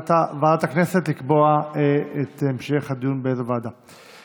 בוועדת הכנסת, לקבוע את באיזו ועדה יימשך הדיון.